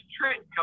Trent